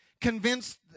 convinced